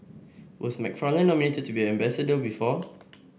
was McFarland nominated to be ambassador before